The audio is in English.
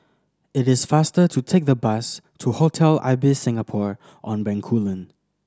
it is faster to take the bus to Hotel Ibis Singapore On Bencoolen